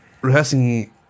rehearsing